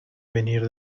venir